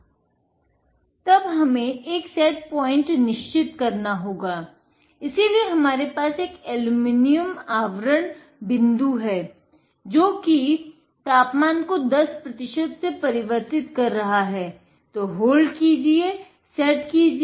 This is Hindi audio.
तब हमे एक सेट पॉइंट को परिवर्तित कीजिये